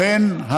לכן,